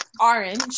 orange